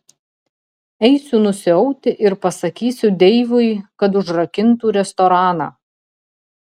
eisiu nusiauti ir pasakysiu deivui kad užrakintų restoraną